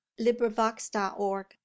LibriVox.org